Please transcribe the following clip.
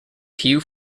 hugh